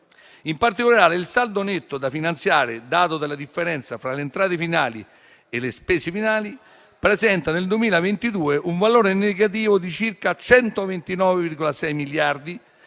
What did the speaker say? In particolare, il saldo netto da finanziare (dato dalla differenza fra le entrate finali e le spese finali), presenta nel 2022 un valore negativo di circa 129,6 miliardi,